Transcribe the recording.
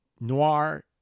Noir